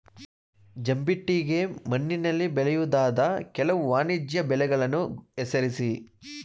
ಜಂಬಿಟ್ಟಿಗೆ ಮಣ್ಣಿನಲ್ಲಿ ಬೆಳೆಯಬಹುದಾದ ಕೆಲವು ವಾಣಿಜ್ಯ ಬೆಳೆಗಳನ್ನು ಹೆಸರಿಸಿ?